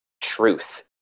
truth